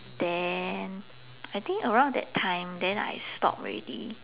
then I think around that time then I stop already